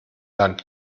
land